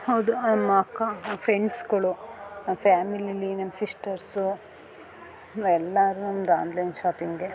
ಹೌದು ಅಮ್ಮ ಅಕ್ಕ ಫ್ರೆಂಡ್ಸುಗಳು ಫ್ಯಾಮಿಲೀಲಿ ನಮ್ನ ಸಿಸ್ಟರ್ಸು ಎಲ್ಲರೂ ನಮ್ದು ಆನ್ಲೈನ್ ಶಾಪಿಂಗೆ